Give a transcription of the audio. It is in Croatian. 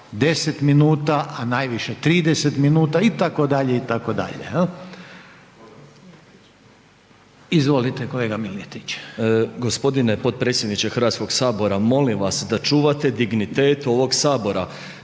Hrvatskog sabora molim vas da čuvate dignitet ovog sabora.